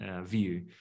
view